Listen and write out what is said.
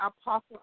Apostle